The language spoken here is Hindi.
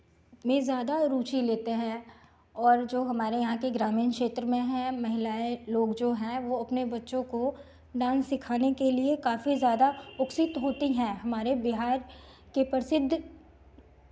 में ज़्यादा रुचि लेते हैं और जो हमारे यहाँ के ग्रामीण क्षेत्र में है महिलाएं लोग जो हैं वो अपने बच्चों को डांस सिखाने के लिये काफी ज़्यादा उत्सित होती हैं हमारे बिहार के प्रसिद्ध